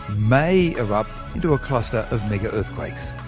may erupt into a cluster of mega earthquakes.